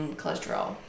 cholesterol